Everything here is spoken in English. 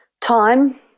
Time